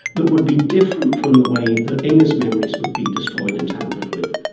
that would be different from the way that inga's memories would be destroyed and tampered with.